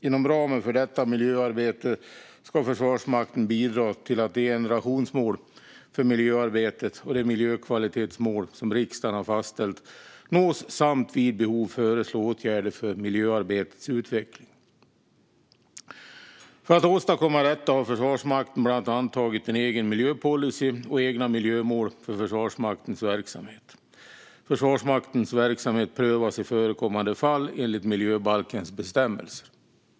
Inom ramen för detta miljöarbete ska Försvarsmakten bidra till att det generationsmål för miljöarbetet och de miljökvalitetsmål som riksdagen har fastställt nås och vid behov föreslå åtgärder för miljöarbetets utveckling. För att åstadkomma detta har Försvarsmakten bland annat antagit en egen miljöpolicy och egna miljömål för Försvarsmaktens verksamhet. Försvarsmaktens verksamhet prövas i förekommande fall enligt miljöbalkens bestämmelser.